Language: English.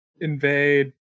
Invade